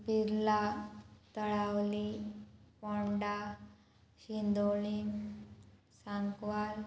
Birla Talavali Ponda Shindoli Sangwal